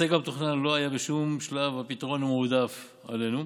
הסגר המתוכנן לא היה בשום שלב הפתרון המועדף עלינו,